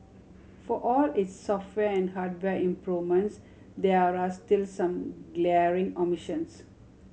for all its software and hardware improvements there are still some glaring omissions